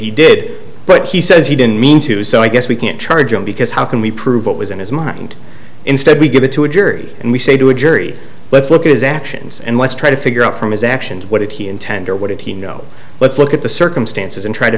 he did but he says he didn't mean to so i guess we can't charge him because how can we prove what was in his mind and instead we give it to a jury and we say to a jury let's look at his actions and let's try to figure out from his actions what did he intend or what did he know let's look at the circumstances and try to